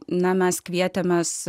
na mes kvietėmės